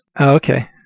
okay